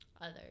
others